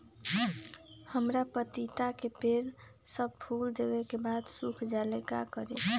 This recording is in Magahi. हमरा पतिता के पेड़ सब फुल देबे के बाद सुख जाले का करी?